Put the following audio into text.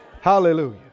Hallelujah